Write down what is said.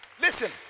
Listen